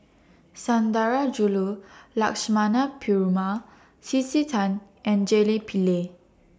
Sundarajulu Lakshmana Perumal C C Tan and Jelly Pillay